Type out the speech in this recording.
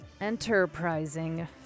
enterprising